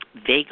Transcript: Vega